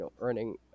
earning